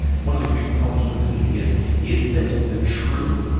one of the big problems with the media is that the true,